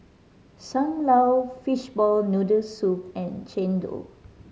Sam Lau fishball noodle soup and chendol